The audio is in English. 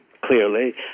Clearly